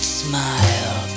smile